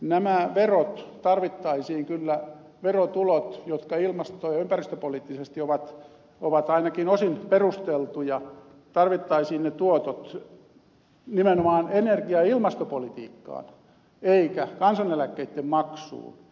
nämä verotuotot jotka ilmasto ja ympäristöpoliittisesti ovat ainakin osin perusteltuja tarvittaisiin kyllä nimenomaan energia ja ilmastopolitiikkaan eikä kansaneläkkeitten maksuun